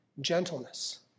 gentleness